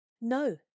No